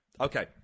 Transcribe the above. Okay